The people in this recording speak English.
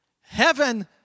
Heaven